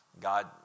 God